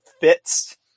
fits